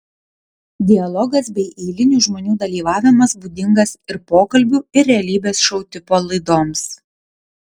dialogas bei eilinių žmonių dalyvavimas būdingas ir pokalbių ir realybės šou tipo laidoms